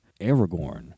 Aragorn